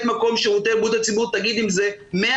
מקום שירותי בריאות הציבור ותגיד אם זה 100,